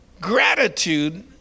Gratitude